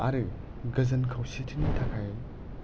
आरो गोजोन खौसेथिनि थाखाय